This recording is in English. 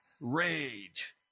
Rage